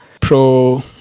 pro